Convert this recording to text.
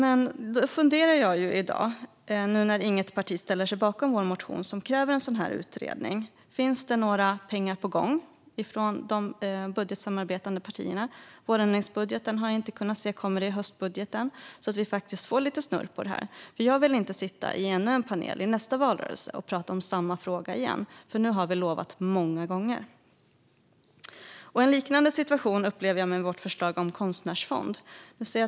Då funderar jag, nu när inget parti ställer sig bakom vår motion som kräver en sådan här utredning, om det finns några pengar på gång från de budgetsamarbetande partierna. I vårändringsbudgeten har jag inte kunnat se något. Kommer det i höstbudgeten? Vi behöver få lite snurr på det här. Jag vill inte sitta i ännu en paneldebatt i nästa valrörelse och prata om samma fråga igen, för nu har vi lovat många gånger. Jag ser att tiden rinner iväg här - jag kommer att dra över talartiden en aning.